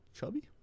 chubby